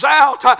out